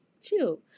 chill